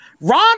Ron